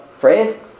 phrase